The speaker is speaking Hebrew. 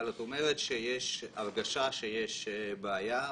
את אומרת שיש הרגשה שיש בעיה,